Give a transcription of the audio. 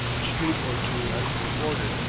a stream or two has to be forded,